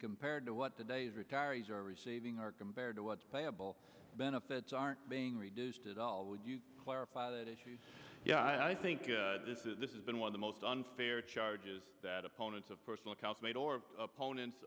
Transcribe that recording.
compared to what today's retirees are receiving are compared to what's payable benefits aren't being reduced at all would you clarify that issue yeah i think this is this is been one of the most unfair charges that opponents of personal health made or opponents